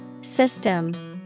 System